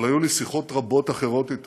אבל היו לי שיחות רבות אחרות איתו,